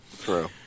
True